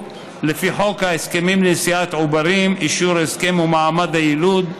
לפי חוק ההסכמים לנשיאת עוברים (אישור הסכם ומעמד היילוד),